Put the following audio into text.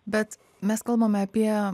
bet mes kalbame apie